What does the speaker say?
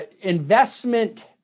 investment